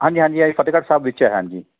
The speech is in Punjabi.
ਹਾਂਜੀ ਹਾਂਜੀ ਹਾਂਜੀ ਫਤਿਹਗੜ੍ਹ ਸਾਹਿਬ ਵਿੱਚ ਹੈ ਹਾਂਜੀ